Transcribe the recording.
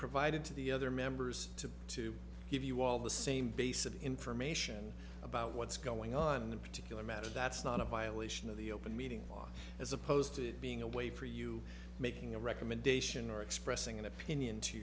provided to the other members to to give you all the same basic information about what's going on in a particular matter that's not a violation of the open meeting law as opposed to being a way for you making a recommendation or expressing an opinion to